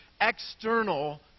external